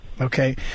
Okay